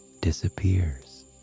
disappears